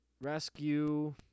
Rescue